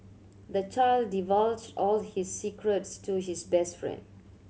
the child divulged all his secrets to his best friend